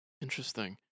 Interesting